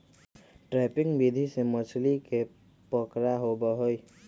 trapping विधि से मछली के पकड़ा होबा हई